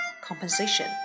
Compensation